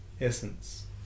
essence